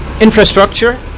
infrastructure